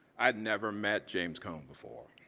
i had never met james cone before.